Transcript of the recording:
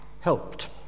helped